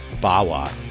Bawa